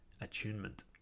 Attunement